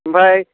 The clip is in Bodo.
ओमफ्राय